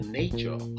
nature